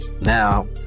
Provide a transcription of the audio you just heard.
now